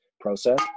process